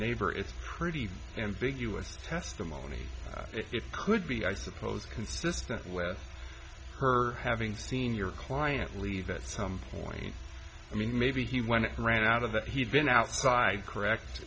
neighbor it's pretty ambiguous testimony it could be i suppose consistent with her having seen your client leave at some point i mean maybe he went and ran out of that he had been outside correct